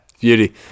Beauty